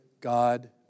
God